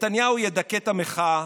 נתניהו ידכא את המחאה